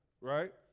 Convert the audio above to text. right